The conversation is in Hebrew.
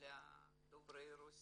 ד וברי הרוסית.